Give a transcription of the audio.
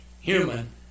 human